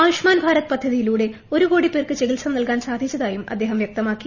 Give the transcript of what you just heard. ആയുഷ്മാൻ ഭാരത് പദ്ധതിയിലൂടെ ഒരു കോടി ് പേർക്ക് ചികിത്സ നൽകാൻ സാധിച്ചതായും അദ്ദേഹം വ്യക്തമാക്കി